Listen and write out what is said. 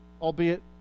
albeit